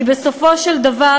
כי בסופו של דבר,